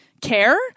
care